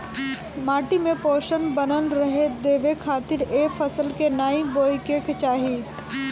माटी में पोषण बनल रहे देवे खातिर ए फसल के नाइ बोए के चाही